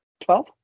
Twelve